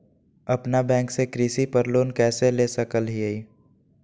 अपना बैंक से कृषि पर लोन कैसे ले सकअ हियई?